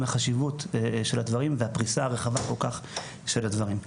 החשיבות של הדברים והפריסה הרחבה כל כך של הדברים.